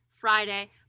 Friday